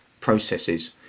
processes